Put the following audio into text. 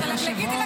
זהו.